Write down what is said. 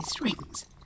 rings